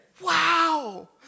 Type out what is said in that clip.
Wow